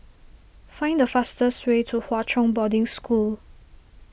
find the fastest way to Hwa Chong Boarding School